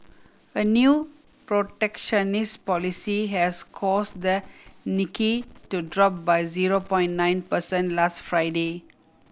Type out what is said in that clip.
a new protectionist policy has cause the Nikkei to drop by zero point nine percent last Friday